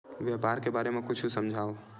व्यापार के बारे म कुछु समझाव?